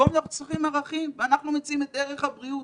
במקום זה אנחנו צריכים ערכים ואנחנו מציעים את ערך הבריאות,